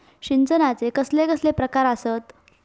सिंचनाचे कसले कसले प्रकार आसत?